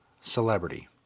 celebrity